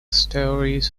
stories